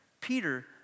Peter